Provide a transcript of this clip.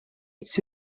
its